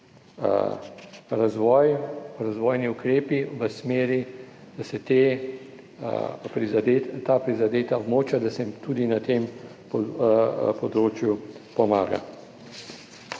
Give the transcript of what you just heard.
razvoj, razvojni ukrepi v smeri, da se ta prizadeta območja, da se jim tudi na tem področju pomaga.